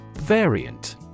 Variant